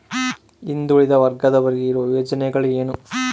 ಹಿಂದುಳಿದ ವರ್ಗದವರಿಗೆ ಇರುವ ಯೋಜನೆಗಳು ಏನು?